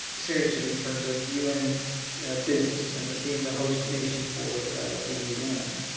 seriously in terms of un business and being the host nation for the un.